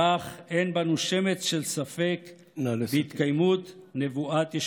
כך אין בנו שמץ של ספק, נא לסיים.